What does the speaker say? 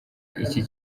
iki